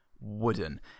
wooden